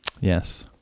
Yes